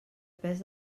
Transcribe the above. pes